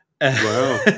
wow